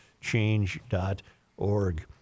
change.org